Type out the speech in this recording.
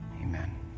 Amen